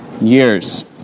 years